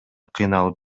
кыйналып